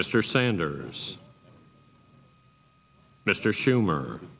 mr sanders mr schumer